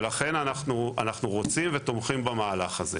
לכן אנחנו רוצים ותומכים במהלך הזה.